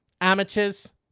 amateurs